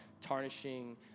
tarnishing